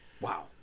Wow